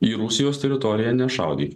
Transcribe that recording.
į rusijos teritoriją nešaudyk